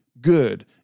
good